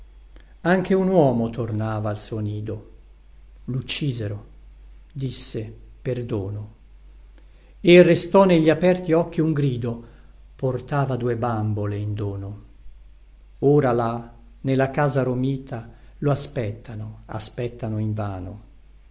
anche un uomo tornava al suo nido luccisero disse perdono e restò negli aperti occhi un grido portava due bambole in dono ora là nella casa romita lo aspettano aspettano